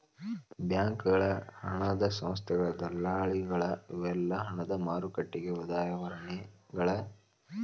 ಬ್ಯಾಂಕಗಳ ಹಣದ ಸಂಸ್ಥೆಗಳ ದಲ್ಲಾಳಿಗಳ ಇವೆಲ್ಲಾ ಹಣದ ಮಾರುಕಟ್ಟೆಗೆ ಉದಾಹರಣಿಗಳ